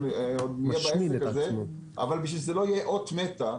בשביל שזה לא יהיה אות מתה,